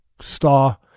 star